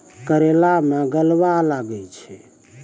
करेला मैं गलवा लागे छ?